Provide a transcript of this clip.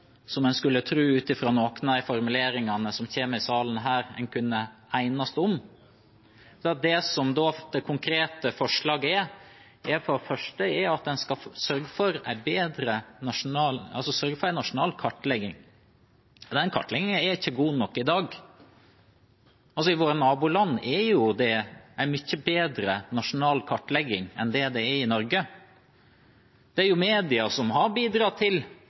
som en skulle tro, ut ifra noen av formuleringene som har kommet i salen i dag, at en kunne enes om. Det konkrete forslaget går for det første ut på at en skal sørge for en nasjonal kartlegging. Den kartleggingen er ikke god nok i dag. I våre naboland er det en mye bedre nasjonal kartlegging enn det er i Norge. Det er media som har bidratt til